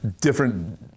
different